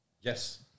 Yes